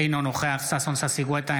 אינו נוכח ששון ששי גואטה,